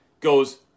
goes